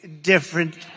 different